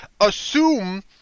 assume